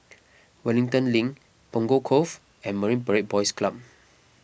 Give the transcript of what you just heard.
Wellington Link Punggol Cove and Marine Parade Boys Club